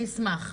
אני אשמח.